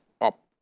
up